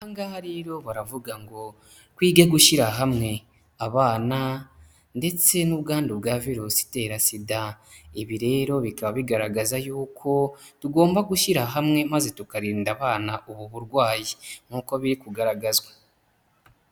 Aha ngaha rero baravuga ngo twige gushyira hamwe, abana ndetse n'ubwandu bwa virusi itera SIDA, ibi rero bikaba bigaragaza yuko tugomba gushyira hamwe maze tukarinda abana ubu burwayi nk'uko biri kugaragazwa.